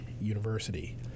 University